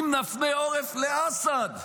"אם נפנה עורף לאסד,